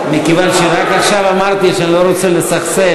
מכיוון שרק עכשיו אמרתי שאני לא רוצה לסכסך,